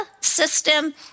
system